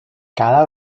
cada